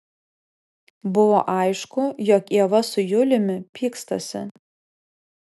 buvo aišku jog ieva su juliumi pykstasi